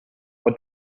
what